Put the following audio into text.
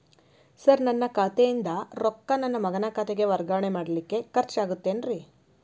Sir ನನ್ನ ಖಾತೆಯಿಂದ ರೊಕ್ಕ ನನ್ನ ಮಗನ ಖಾತೆಗೆ ವರ್ಗಾವಣೆ ಮಾಡಲಿಕ್ಕೆ ಖರ್ಚ್ ಆಗುತ್ತೇನ್ರಿ?